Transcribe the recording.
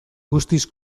guztiz